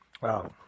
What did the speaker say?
Wow